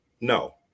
No